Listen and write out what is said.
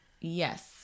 Yes